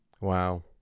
Wow